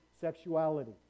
sexuality